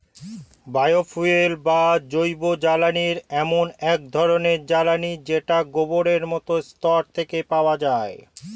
bio fuel বা জৈবজ্বালানী এমন এক ধরণের জ্বালানী যেটা গোবরের মতো বস্তু থেকে পাওয়া যায়